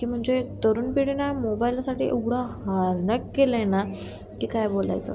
की म्हणजे तरुण पिढीनं मोबाईलसाठी एवढं हैराण केलं आहे ना की काय बोलायचं